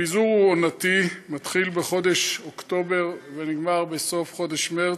הפיזור הוא עונתי: מתחיל בחודש אוקטובר ונגמר בסוף חודש מרס.